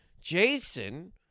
Jason